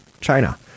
China